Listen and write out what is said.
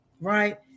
right